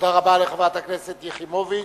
תודה רבה לחברת הכנסת יחימוביץ.